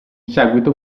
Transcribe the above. seguito